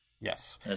Yes